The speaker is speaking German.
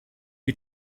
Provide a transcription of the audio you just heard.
die